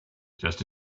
just